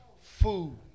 food